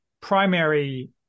primary